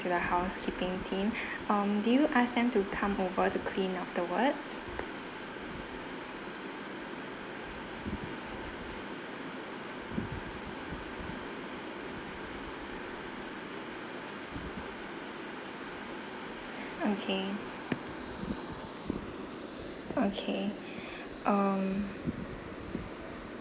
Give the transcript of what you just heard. to the house keeping team um did you ask them to come over to clean afterwards okay okay um